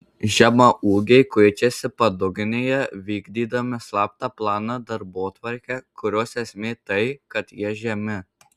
žemaūgiai kuičiasi padugnėje vykdydami slaptą planą darbotvarkę kurios esmė tai kad jie žemi